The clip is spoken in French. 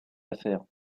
affaires